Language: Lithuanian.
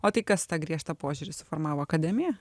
o tai kas ta griežtą požiūrį formavo akademija